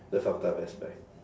the fucked up aspect